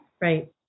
Right